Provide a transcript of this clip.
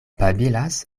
babilas